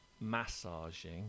massaging